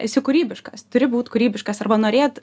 esi kūrybiškas turi būt kūrybiškas arba norėt